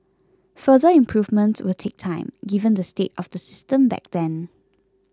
further improvements will take time given the state of the system back then